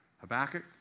Habakkuk